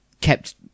kept